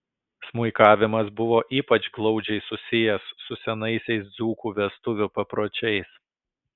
smuikavimas buvo ypač glaudžiai susijęs su senaisiais dzūkų vestuvių papročiais